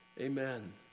Amen